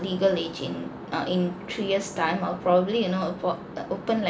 legal age in uh in three years time I'll probably you know afford open like